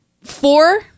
four